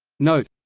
note